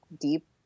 deep